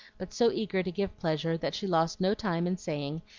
but so eager to give pleasure that she lost no time in saying,